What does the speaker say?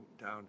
down